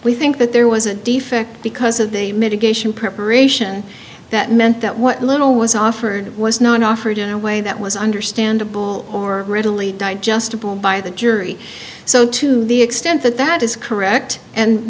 we think that there was a defect because of the mitigation preparation that meant that what little was offered was not offered in a way that was understandable or readily digestible by the jury so to the extent that that is correct and